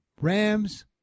Rams